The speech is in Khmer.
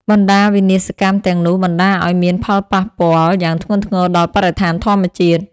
បណ្តាវិនាសកម្មទាំងនោះ បណ្តាលឲ្យមានផលប៉ះពាល់យ៉ាងធ្ងន់ធ្ងរដល់បរិស្ថានធម្មជាតិ។